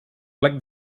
plec